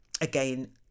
again